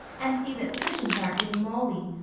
and see that the cushions aren't getting moldy.